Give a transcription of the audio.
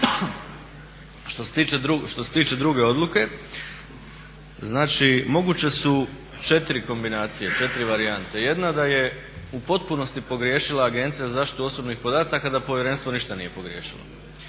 Što se tiče druge odluke, znači moguće su četiri kombinacije, četiri varijante. Jedna da je u potpunosti pogriješila Agencija za zaštitu osobnih podataka da Povjerenstvo ništa nije pogriješilo.